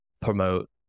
promote